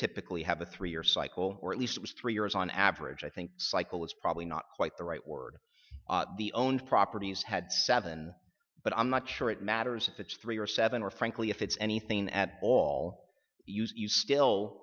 typically have a three year cycle or at least it was three years on average i think cycle is probably not quite the right word the owned property has had seven but i'm not sure it matters if it's three or seven or frankly if it's anything at all use you still